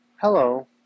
Hello